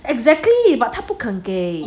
exactly but 他不肯啊